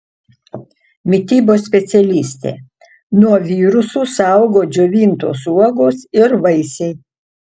mitybos specialistė nuo virusų saugo džiovintos uogos ir vaisiai